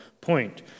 point